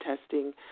testing